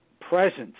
presence